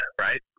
right